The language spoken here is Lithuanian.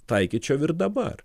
taikyčiau ir dabar